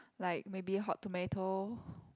like maybe Hot Tomato